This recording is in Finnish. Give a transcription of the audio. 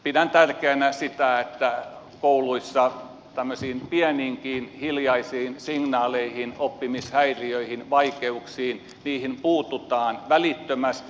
pidän tärkeänä sitä että kouluissa tämmöisiin pieniinkin hiljaisiin signaaleihin oppimishäiriöihin vaikeuksiin puututaan välittömästi